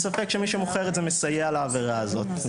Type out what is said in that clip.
אני חושב שאין ספק שמי שמוכר את זה מסייע לעבירה הזאת.